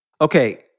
Okay